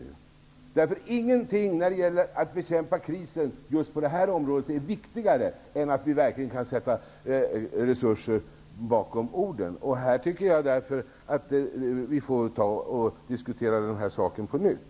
När det gäller att bekämpa krisen på detta område är ingenting viktigare än att vi verkligen kan sätta resurser bakom orden. Jag tycker att vi får ta och diskutera detta på nytt.